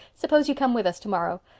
suppose you come with us tomorrow.